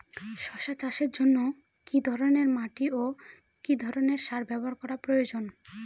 শশা চাষের জন্য কি ধরণের মাটি ও কি ধরণের সার ব্যাবহার করা প্রয়োজন?